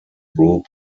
group